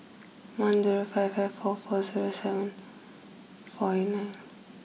one zero five five four four zero seven four eight nine